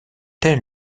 tel